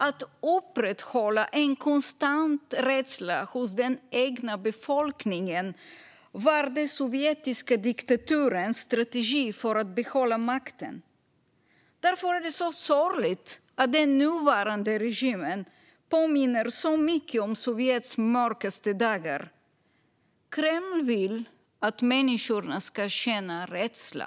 Att upprätthålla en konstant rädsla hos den egna befolkningen var den sovjetiska diktaturens strategi för att behålla makten. Därför är det så sorgligt att den nuvarande regimen påminner så mycket om Sovjets mörkaste dagar. Kreml vill att människorna ska känna rädsla.